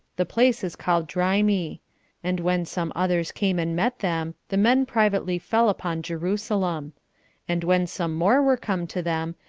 the place is called drymi and when some others came and met them, the men privately fell upon jerusalem and when some more were come to them,